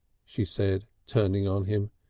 she said, turning on him.